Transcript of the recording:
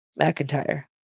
McIntyre